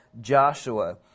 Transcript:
Joshua